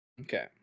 Okay